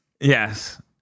yes